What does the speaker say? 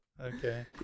okay